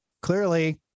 clearly